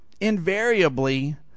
Invariably